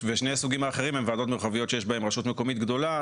שני הסוגים האחרים הם ועדות מרחביות שיש בהן רשות מקומית גדולה,